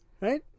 Right